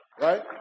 Right